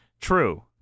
True